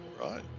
right